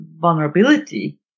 vulnerability